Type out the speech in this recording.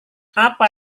apa